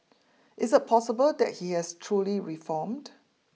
is it possible that he has truly reformed